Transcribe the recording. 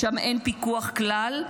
שם אין פיקוח כלל,